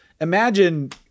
Imagine